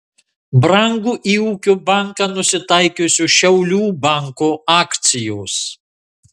brango į ūkio banką nusitaikiusio šiaulių banko akcijos